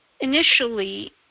initially